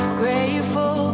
grateful